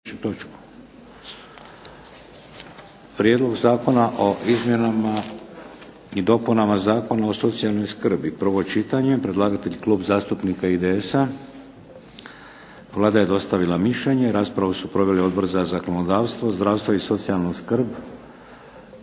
Prijedlog zakona o izmjenama i dopunama Zakona o socijalnoj skrbi, prvo čitanje, P.Z. broj 304. Predlagatelj zakona je Klub zastupnika IDS-a. Vlada je dostavila mišljenje. Raspravu su proveli Odbor za zakonodavstvo, zdravstvo i socijalnu skrb,